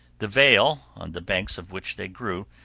the vale, on the banks of which they grew,